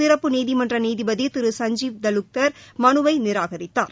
சிறப்பு நீதிமன்ற நீதிபதி திரு சஞ்ஜீப் தலுக்தர் மனுவை நிராகரித்தார்